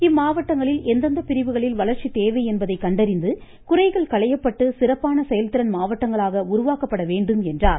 இம்மாவட்டங்களில் எந்தெந்த பிரிவுகளில் வளர்ச்சி தேவை என்பதை கண்டறிந்து குறைகள் களையப்பட்டு சிறப்பான செயல்திறன் மாவட்டங்களாக உருவாக்கப்பட வேண்டும் என்றார்